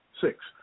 Six